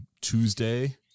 Tuesday